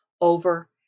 over